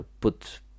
put